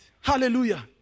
Hallelujah